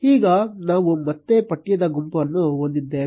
ಈಗ ನಾವು ಮತ್ತೆ ಪಠ್ಯದ ಗುಂಪನ್ನು ಹೊಂದಿದ್ದೇವೆ